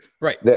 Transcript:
Right